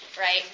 right